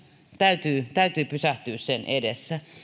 täytyy täytyy pysähtyä sen edessä